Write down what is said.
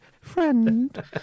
friend